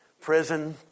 prison